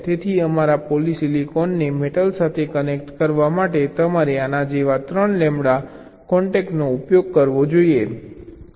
તેથી અમારા પોલિસિલિકનને મેટલ સાથે કનેક્ટ કરવા માટે તમારે આના જેવા 3 લેમ્બડા કોન્ટેકનો ઉપયોગ કરવો પડશે